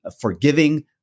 forgiving